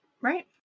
Right